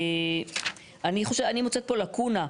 אני מוצאת פה לקונה,